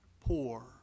poor